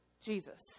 Jesus